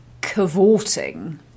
cavorting